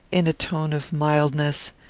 in a tone of mildness,